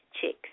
chicks